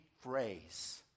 phrase